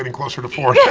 and closer to four yeah